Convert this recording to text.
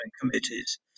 committees